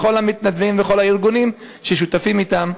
לכל המתנדבים ולכל הארגונים ששותפים להם,